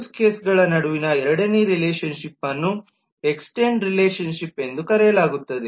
use ಕೇಸ್ಗಳ ನಡುವಿನ ಎರಡನೇ ರಿಲೇಶನ್ಶಿಪ್ ಅನ್ನು extend ರಿಲೇಶನ್ಶಿಪ್ ಎಂದು ಕರೆಯಲಾಗುತ್ತದೆ